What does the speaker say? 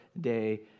day